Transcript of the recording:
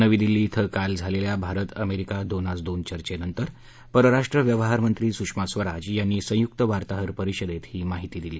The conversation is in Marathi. नवी दिल्ली इथं काल झालेल्या भारत अमेरिका दोनास दोन चर्चेनंतर परराष्ट्र व्यवहारमंत्री सुषमा स्वराज यांनी संयुक्त वार्ताहर परिषदेत ही माहिती दिली